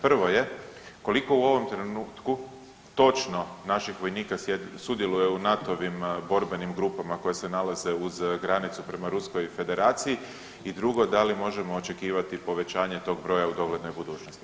Prvo je koliko u ovom trenutku točno naših vojnika sudjeluje u NATO-ovim borbenim grupama koje se nalaze uz granicu prema Ruskoj Federaciji i drugo, da li možemo očekivati povećanje tog broja u doglednoj budućnosti?